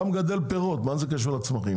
אתה מגדל פירות, מה זה קשור לצמחים?